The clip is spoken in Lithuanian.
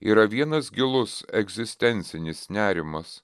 yra vienas gilus egzistencinis nerimas